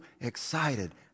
excited